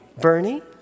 Bernie